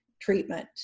treatment